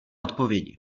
odpovědi